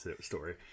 story